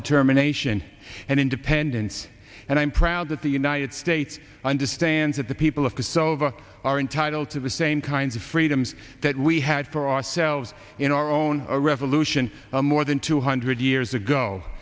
determination and independence and i'm proud that the united states understands that the people of kosovo are entitled to the same kinds of freedoms that we had for ourselves in our own revolution more than two hundred years ago